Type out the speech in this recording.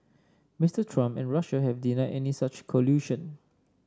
Mister Trump and Russia have denied any such collusion